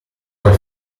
poi